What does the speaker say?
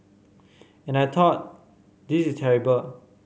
and I thought this is terrible